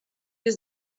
was